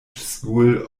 school